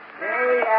Hey